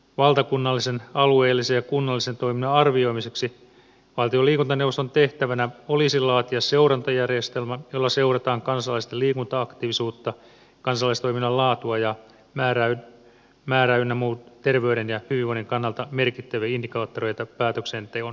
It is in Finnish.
valtakunnallisen alueellisen ja kunnallisen toiminnan arvioimiseksi valtion liikuntaneuvoston tehtävänä olisi laatia seurantajärjestelmä jolla seurataan kansalaisten liikunta aktiivisuutta kansalaistoiminnan laatua ja määrää ynnä muita terveyden ja hyvinvoinnin kannalta merkittäviä indikaattoreita päätöksenteon tueksi